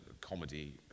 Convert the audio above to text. comedy